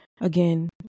again